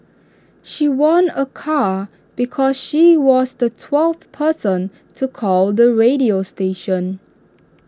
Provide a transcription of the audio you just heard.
she won A car because she was the twelfth person to call the radio station